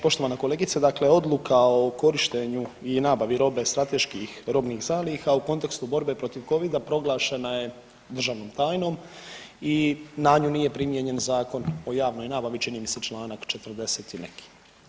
Poštovana kolegice, dakle odluka o korištenju i nabavi robe strateških robnih zaliha u kontekstu borbe protiv covida proglašena je državnom tajnom i na nju nije primijenjen Zakon o javnoj nabavi, čini mi se čl. 40 i neki.